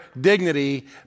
dignity